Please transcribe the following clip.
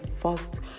first